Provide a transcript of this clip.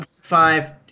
five